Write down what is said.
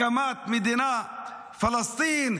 הקמת מדינת פלסטין,